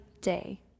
day